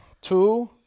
Two